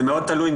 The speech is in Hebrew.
זה מאוד תלוי,